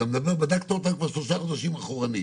בדקת אותם כבר שלושה חודשים אחרונים,